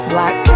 Black